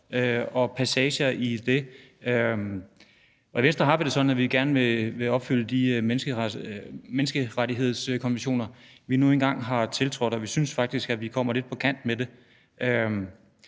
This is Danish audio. og passager i det. I Venstre har vi det sådan, at vi gerne vil overholde de menneskerettighedskonventioner, vi nu engang har tiltrådt, og vi synes faktisk, at vi kommer lidt på kant med dem.